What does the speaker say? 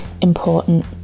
important